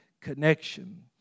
connection